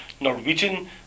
Norwegian